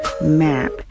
map